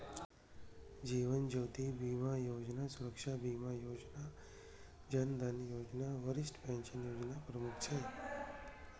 जीवन ज्योति बीमा योजना, सुरक्षा बीमा योजना, जन धन योजना, वरिष्ठ पेंशन योजना प्रमुख छै